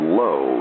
low